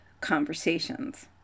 conversations